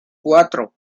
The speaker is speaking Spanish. cuatro